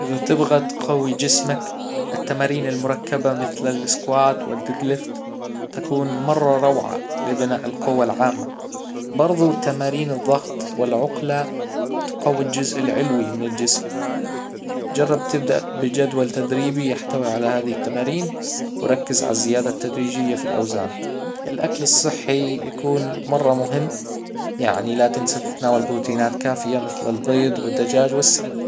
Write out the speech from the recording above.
اذا تبغى تقوي جسمك التمارين المركبة مثل الاسكوات و الديد ليفت تكون مرة روعة لبناء القوى العامة برضو تمارين الضغط والعقلة تقوي الجزء العلوي من الجسم جرب تبدأ بجدول تدريبي يحتوي على هذه التمارين وركز على الزيادة التدريجية في الاوزان الاكل الصحي يكون مرة مهم يعني لا تنسي تتناول بروتينات كافية مثل البيض والدجاج والسمك